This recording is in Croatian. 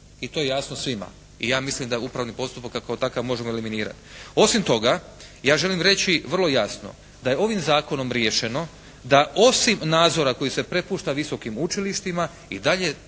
I to je jasno svima. I ja mislim da upravni postupak kao takav možemo eliminirati. Osim toga ja želim reći vrlo jasno da je ovim zakonom riješeno da osim nadzora koji se prepušta visokim učilištima i dalje